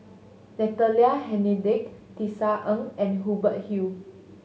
Natalie Hennedige Tisa Ng and Hubert Hill